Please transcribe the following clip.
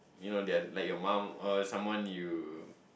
you know that are like your mum or someone you